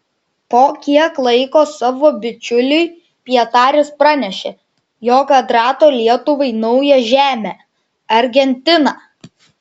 po kiek laiko savo bičiuliui pietaris pranešė jog atrado lietuvai naują žemę argentiną